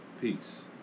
Peace